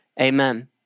amen